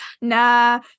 Nah